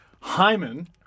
Hyman